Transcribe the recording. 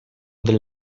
del